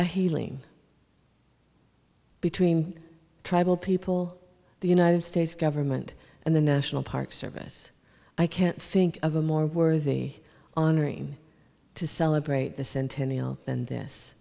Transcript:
a healing between tribal people the united states government and the national park service i can't think of a more worthy honoring to celebrate the centennial than this